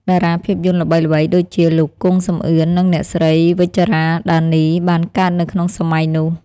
តារាភាពយន្តល្បីៗដូចជា លោក គង់ សំអឿន និងអ្នកស្រី វិជ្ជរា ដានី បានកើតនៅក្នុងសម័យនោះ។